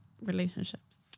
relationships